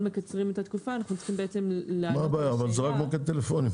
זה רק מוקד טלפוני.